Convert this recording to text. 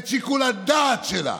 את שיקול הדעת שלה.